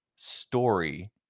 story